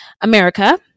America